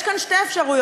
יש כאן שתי אפשרויות,